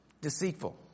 deceitful